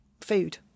food